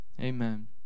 amen